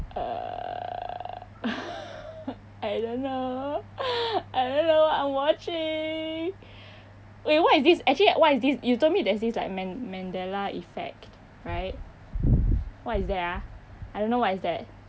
uh I don't know I don't know I'm watching wait what is this actually what is this you told me there is this like man~ mandela effect right what is that ah I don't know what is that